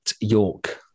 York